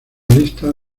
lista